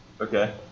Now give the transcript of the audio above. Okay